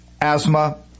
asthma